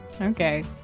Okay